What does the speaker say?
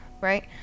right